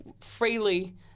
freely